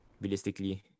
realistically